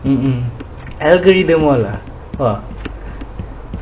mmhmm algorithm !wah!